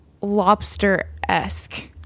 lobster-esque